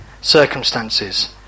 circumstances